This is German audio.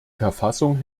verfassung